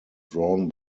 drawn